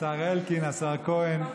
השר אלקין, השר כהן,